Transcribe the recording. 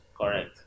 Correct